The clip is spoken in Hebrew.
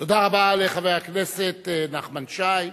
תודה רבה לחבר הכנסת נחמן שי.